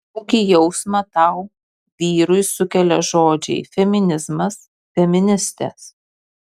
kokį jausmą tau vyrui sukelia žodžiai feminizmas feministės